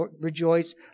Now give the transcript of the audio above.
rejoice